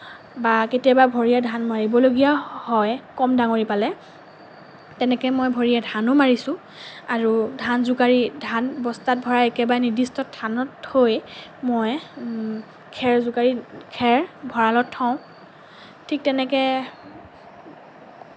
বা কেতিয়াবা ভৰিৰে ধান মাৰিবলগীয়াও হয় কম ডাঙৰি পালে তেনেকে মই ভৰিৰে ধানো মাৰিছোঁ আৰু ধান জোকাৰি ধান বস্তাত ভৰাই একেবাৰে নিৰ্দিষ্ট স্থানত থৈ মই খেৰ জোকাৰি খেৰ ভঁৰালত থওঁ ঠিক তেনেকে